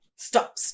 Stop